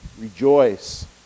rejoice